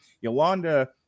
Yolanda